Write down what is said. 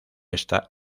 esta